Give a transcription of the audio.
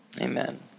Amen